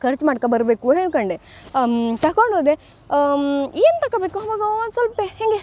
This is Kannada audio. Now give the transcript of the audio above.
ಖರ್ಚು ಮಾಡ್ಕೋ ಬರಬೇಕು ಹೇಳ್ಕೊಂಡೆ ತಕೊಂಡೋದೆ ಏನು ತಕೊಬೇಕು ಅವಾಗ ಒಂದು ಸಲ್ಪ ಹೇಗೆ